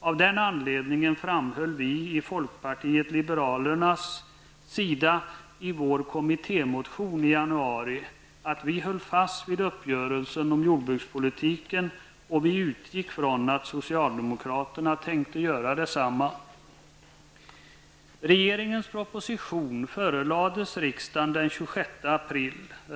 Av den anledningen framhöll vi i folkpartiet liberalerna i vår kommittémotion i januari att vi höll fast vid uppgörelsen om jordbrukspolitiken och att vi utgick från att socialdemokraterna tänkte göra detsamma. 26 april.